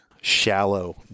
shallow